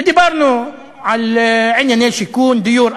ודיברנו על ענייני שיכון, דיור.